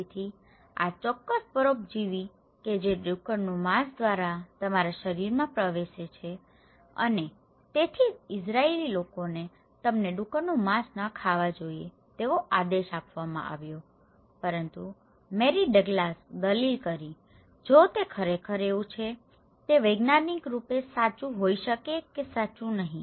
તેથી આ ચોક્કસ પરોપજીવી કે જે ડુક્કરનું માંસ દ્વારા તમારા શરીરમાં પ્રવેશે છે અને તેથી જ ઇઝરાઇલી લોકોને તમને ડુક્કરનું માંસ ન ખાવા જોઈએ તેવો આદેશ આપવામાં આવ્યો હતો પરંતુ મેરી ડગ્લાસ દલીલ કરી રહી હતી જો તે ખરેખર એવું છે કે તે વૈજ્ઞાનિક રૂપે સાચું હોઇ શકે કે સાચું નહીં